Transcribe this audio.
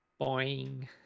boing